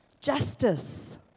justice